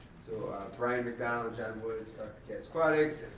so brian mcdonald, john woods talked to cats aquatics.